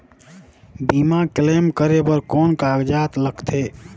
बीमा क्लेम करे बर कौन कागजात लगथे?